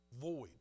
void